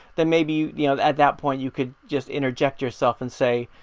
then maybe you know at that point you could just interject yourself and say,